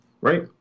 right